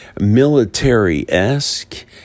military-esque